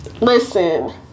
Listen